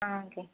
ஆ okay